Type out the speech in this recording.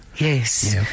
Yes